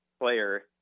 player